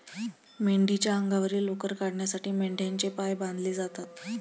मेंढीच्या अंगावरील लोकर काढण्यासाठी मेंढ्यांचे पाय बांधले जातात